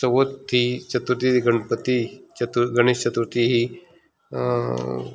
चवथ ती चतुर्थी गणपती गणेश चतुर्र्तीथी ही